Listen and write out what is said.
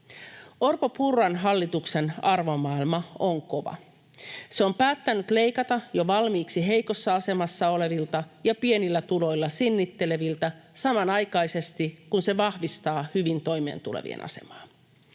Orpon—Purran hallituksen arvomaailma on kova. Se on päättänyt leikata jo valmiiksi heikossa asemassa olevilta ja pienillä tuloilla sinnitteleviltä samanaikaisesti, kun se vahvistaa hyvin toimeentulevien asemaa.